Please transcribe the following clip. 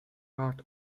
part